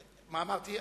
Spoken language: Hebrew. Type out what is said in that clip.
מה אמרתי?